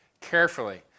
carefully